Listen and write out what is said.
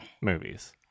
movies